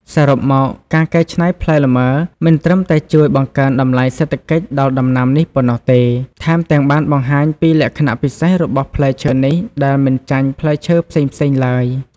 សរុបមក ការកែច្នៃផ្លែលម៉ើមិនត្រឹមតែជួយបង្កើនតម្លៃសេដ្ឋកិច្ចដល់ដំណាំនេះប៉ុណ្ណោះទេ ថែមទាំងបានបង្ហាញពីលក្ខណៈពិសេសរបស់ផ្លែឈើនេះដែលមិនចាញ់ផ្លែឈើផ្សេងៗឡើយ។